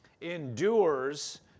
endures